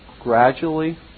gradually